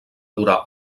durà